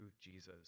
Jesus